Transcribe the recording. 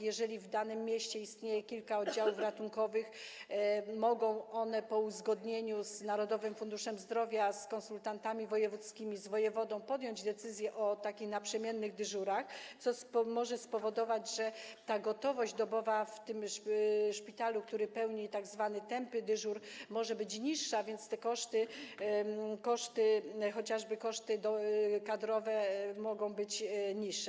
Jeżeli w danym mieście istnieje kilka oddziałów ratunkowych, mogą one po uzgodnieniu z Narodowym Funduszem Zdrowia, z konsultantami wojewódzkimi, z wojewodą podjąć decyzję o naprzemiennych dyżurach, co może spowodować, że gotowość dobowa w tym szpitalu, który pełni tzw. tępy dyżur, może być niższa, więc koszty, chociażby koszty kadrowe, mogą być niższe.